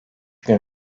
gün